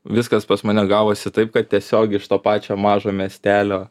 viskas pas mane gavosi taip kad tiesiog iš to pačio mažo miestelio